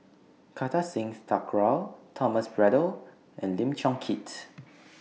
Kartar Singh Thakral Thomas Braddell and Lim Chong Keat